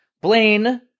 Blaine